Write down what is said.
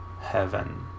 Heaven